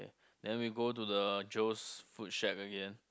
then we go to the Joe's food shack again